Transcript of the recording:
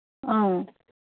ꯑꯥ